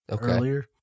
earlier